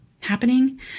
happening